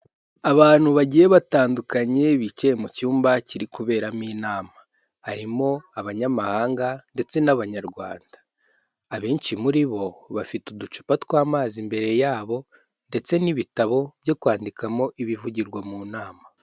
Abantu bagiye batandukanye bicaye mu cyumba kiri kuberamo inama, harimo abanyamahanga ndetse n'abanyarwanda, abenshi muri bo bafite uducupa tw'amazi imbere yabo ndetse n'ibitabo byo kwandikamo ibivugirwa mu nama.